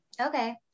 Okay